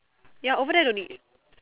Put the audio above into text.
ya over there don't need